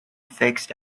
fixed